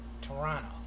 Toronto